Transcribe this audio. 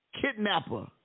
kidnapper